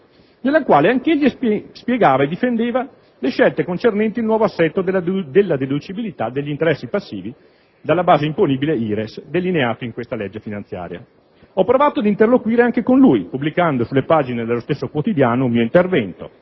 nella quale anch'egli spiegava e difendeva le scelte concernenti il nuovo assetto della deducibilità degli interessi passivi dalla base imponibile IRES, delineato in questa legge finanziaria. Ho provato ad interloquire anche con lui, pubblicando sulle pagine dello stesso quotidiano un mio intervento,